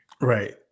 right